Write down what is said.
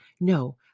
No